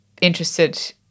interested